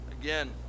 Again